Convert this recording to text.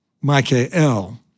Michael